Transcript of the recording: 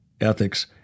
ethics